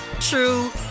true